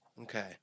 Okay